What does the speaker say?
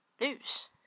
news